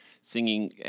singing